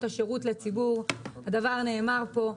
חברים,